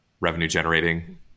revenue-generating